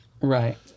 Right